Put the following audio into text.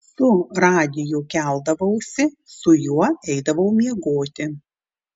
su radiju keldavausi su juo eidavau miegoti